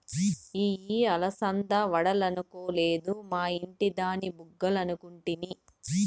ఇయ్యి అలసంద వడలనుకొలేదు, మా ఇంటి దాని బుగ్గలనుకుంటిని